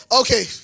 Okay